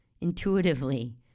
intuitively